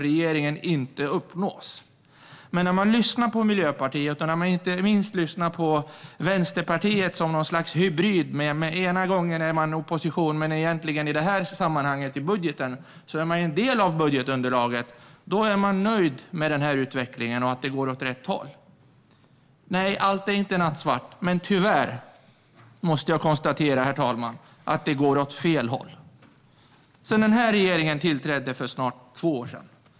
Jag har lyssnat på Miljöpartiet och Vänsterpartiet. Vänsterpartiet är ett slags hybrid. Ena gången är man i opposition, men i det här sammanhanget, i budgetdebatten, är man en del av budgetunderlaget. Då är man nöjd med utvecklingen och anser att den går åt rätt håll. Nej, allt är inte nattsvart. Men tyvärr måste jag konstatera att det har gått åt fel håll sedan den här regeringen tillträdde för två år sedan.